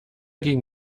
gegen